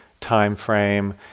timeframe